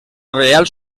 reial